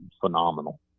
phenomenal